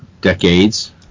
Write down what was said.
decades